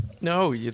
No